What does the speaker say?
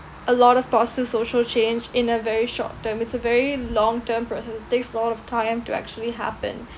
a lot of positive social change in a very short term it's a very long term process it takes a lot of time to actually happen